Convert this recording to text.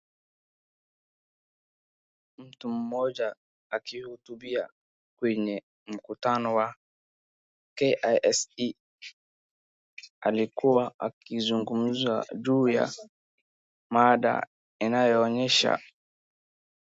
Mtu mmoja akihutubia kwenye mkutano wa KISE alikuwa akizungumza juu ya mada inayoonyeshwa .